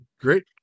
Great